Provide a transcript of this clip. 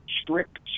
strict